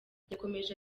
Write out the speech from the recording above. yakomeje